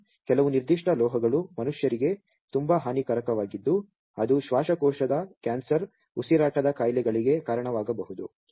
ಮತ್ತು ಕೆಲವು ನಿರ್ದಿಷ್ಟ ಲೋಹಗಳು ಮನುಷ್ಯರಿಗೆ ತುಂಬಾ ಹಾನಿಕಾರಕವಾಗಿದ್ದು ಅದು ಶ್ವಾಸಕೋಶದ ಕ್ಯಾನ್ಸರ್ ಉಸಿರಾಟದ ಕಾಯಿಲೆಗಳಿಗೆ ಕಾರಣವಾಗಬಹುದು